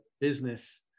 business